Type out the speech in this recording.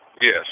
Yes